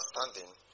understanding